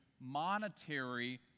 monetary